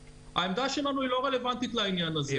העמדה שלנו היא לא רלוונטית לעניין הזה.